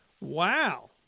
Wow